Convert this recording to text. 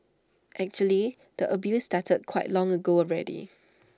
actually the abuse started quite long ago already